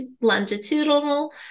longitudinal